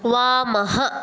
वामः